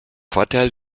vorteil